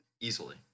Easily